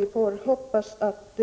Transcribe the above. Vi får hoppas att